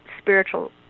spiritual